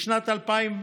בשנת 2010,